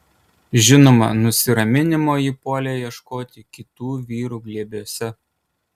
žinoma nusiraminimo ji puolė ieškoti kitų vyrų glėbiuose